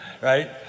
right